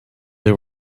they